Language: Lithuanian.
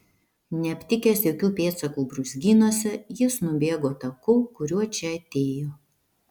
neaptikęs jokių pėdsakų brūzgynuose jis nubėgo taku kuriuo čia atėjo